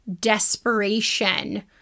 desperation